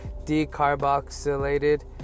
decarboxylated